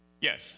Yes